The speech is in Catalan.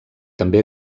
també